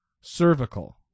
Cervical